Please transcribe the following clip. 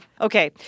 Okay